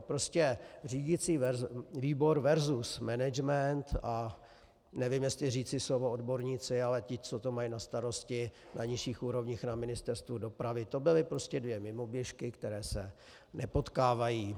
Prostě řídicí výbor versus management, a nevím, jestli říci slovo odborníci, ale ti, co to mají na starosti na nižších úrovních na Ministerstvu dopravy, to byly prostě dvě mimoběžky, které se nepotkávají.